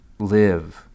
live